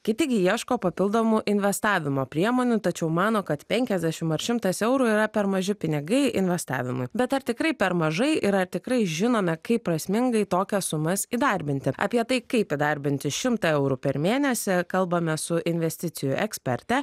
kiti gi ieško papildomų investavimo priemonių tačiau mano kad penkiasdešim ar šimtas eurų yra per maži pinigai investavimui bet ar tikrai per mažai ir ar tikrai žinome kaip prasmingai tokias sumas įdarbinti apie tai kaip įdarbinti šimtą eurų per mėnesį kalbame su investicijų eksperte